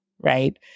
right